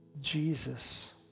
Jesus